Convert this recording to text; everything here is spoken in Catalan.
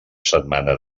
setmana